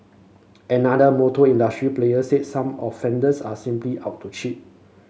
another motor industry player said some offenders are simply out to cheat